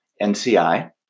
NCI